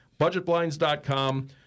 Budgetblinds.com